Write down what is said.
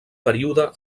període